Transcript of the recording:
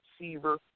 receiver